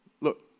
Look